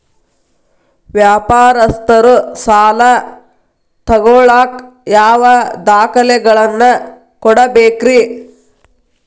ವ್ಯಾಪಾರಸ್ಥರು ಸಾಲ ತಗೋಳಾಕ್ ಯಾವ ದಾಖಲೆಗಳನ್ನ ಕೊಡಬೇಕ್ರಿ?